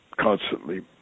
constantly